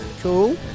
cool